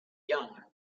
jung